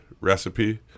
recipe